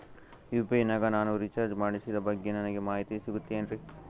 UPI ನಾಗ ನಾನು recharge ಮಾಡಿಸಿದ ಬಗ್ಗೆ ನನಗೆ ಮಾಹಿತಿ ಸಿಗುತೇನ್ರೀ?